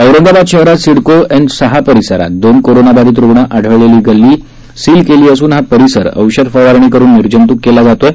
औरंगाबाद शहरात सिडको एन सहा परिसरात दोन कोरोनाबाधित रुग्ण आढळलेली गल्ली सील केली असून हा परिसर औषण फवारणी करून निर्जंतुक केला जात आहे